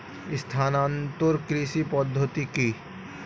স্থানান্তর কৃষি পদ্ধতি কি?